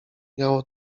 miało